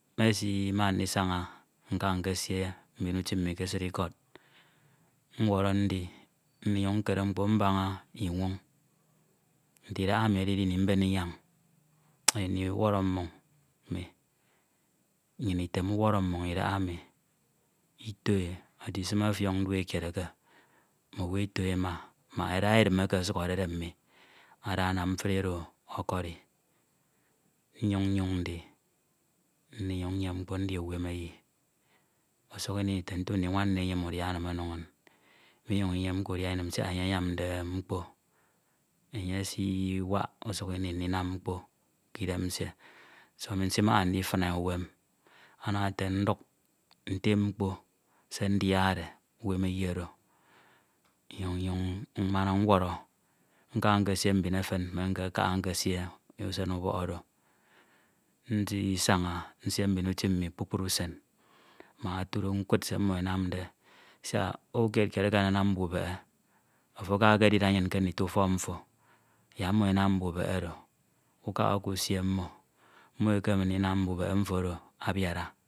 mesima ndisaña nkesie mbin utim mmi ke esid ikọd ñwọrọ ndi ndinyun nkere mkpo mbaña inwoñ. Nte idaha emi edide ini mben inyang ini uwọrọ mmoñ nnyin item uwọrọ mmoñ ito e eti sin ọfiọñ dupekied eke mm'owu eto ema mak eda edin eke ọsuk ededep mmi ada anam mfri oro ọkori nnyin nyọñ ndi ndinyiñ nyem mkpo ndia k'uwemeyi usuk ini nte ntu ndi, nwan nni enyem udia enim ono inñ minyuñ inyemke udia siak enye anyamde mkpo enye esiwak usuk ini ndiman mkpo k'idem nsie do ami nsimaha ndifinae uwem den nduk nfem mkpo se ndiade k'uwemayi oro nnyin mmana nwọrọ nka mkesie mbin efen emi mme nkekaha nkesie k'usen ubọk oro nsisaña nsie mbin utim mmi kpukpru usen mak otud nkud se mmo anamde siak owu kied kied eke ananam mbubehe ofo ekediri anyin ke ndito ufọk mfo yak mmo enam mbabehe oro ukaha ukesie mmo mmo ekeme ndinam mbubehe mfo oro abiarade